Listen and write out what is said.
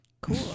cool